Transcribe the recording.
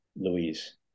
Louise